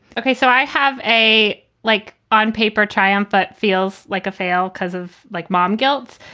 ok. so i have a like on paper triumph, but feels like a fail cause of like mom gilt's.